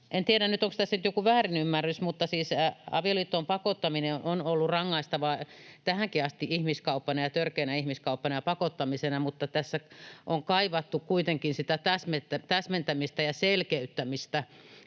En tiedä nyt, onko tässä nyt joku väärinymmärrys, mutta siis avioliittoon pakottaminen on ollut rangaistavaa tähänkin asti ihmiskauppana ja törkeänä ihmiskauppana ja pakottamisena, mutta tässä on kaivattu kuitenkin sitä täsmentämistä ja selkeyttämistä,